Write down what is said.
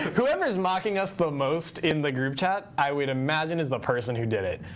whoever is mocking us the most in the group chat i would imagine is the person who did it.